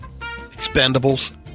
Expendables